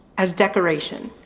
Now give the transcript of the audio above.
as decoration.